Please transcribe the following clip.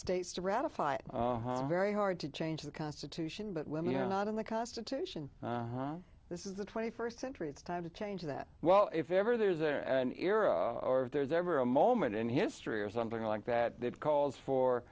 states to ratify it very hard to change the constitution but when you're not in the constitution this is the twenty first century it's time to change that well if ever there's a hero or if there's ever a moment in history or something like that that calls for